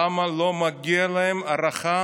למה לא מגיעה להם הערכה